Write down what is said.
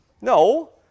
no